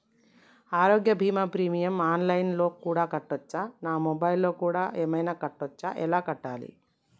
ఆరోగ్య బీమా premium online లో కూడా కట్టచ్చా? నా మొబైల్లో కూడా ఏమైనా కట్టొచ్చా? ఎలా కట్టాలి?